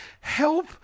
Help